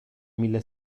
mille